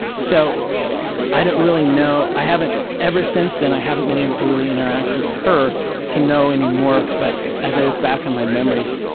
so i don't really know i haven't ever since then i haven't been able to really interact with her to know any more but as i look back on my memories,